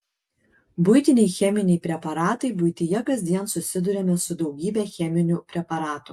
buitiniai cheminiai preparatai buityje kasdien susiduriame su daugybe cheminių preparatų